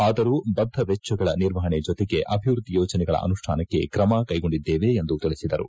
ಆದರೂ ಬದ್ಧ ಮೆಚ್ಚಗಳ ನಿರ್ವಹಣೆ ಜತೆಗೆ ಅಭಿವೃದ್ಧಿ ಯೋಜನೆಗಳ ಅನುಷ್ಯಾನಕ್ಕೆ ಕ್ರಮ ಕೈಗೊಂಡಿದ್ದೇವೆ ಎಂದು ತಿಳಿಸಿದರು